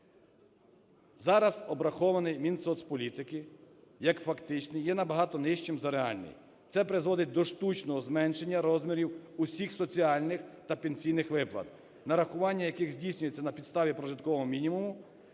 зараз обрахований Мінсоцполітики як фактичний, є набагато нижчим за реальний. Це призводить до штучного зменшення розмірів усіх соціальних та пенсійних виплат, нарахування яких здійснюється на підставі прожиткового мінімуму,